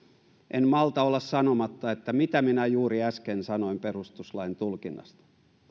en malta olla sanomatta että mitä minä juuri äsken sanoin perustuslain tulkinnasta